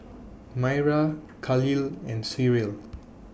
Myra Khalil and Cyril